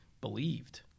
believed